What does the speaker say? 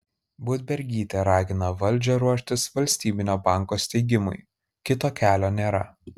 budbergytė ragina valdžią ruoštis valstybinio banko steigimui kito kelio nėra